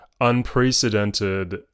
unprecedented